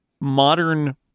modern